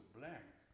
blank